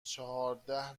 چهارده